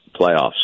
playoffs